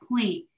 point